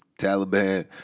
Taliban